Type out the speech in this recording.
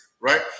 right